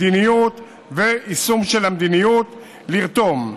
מדיניות ויישום של המדיניות לרתום.